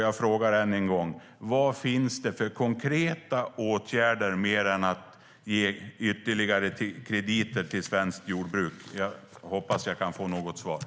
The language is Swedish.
Jag frågar än en gång: Vilka konkreta åtgärder finns det, mer än att ge ytterligare krediter till svenskt jordbruk? Jag hoppas att jag kan få svar på det.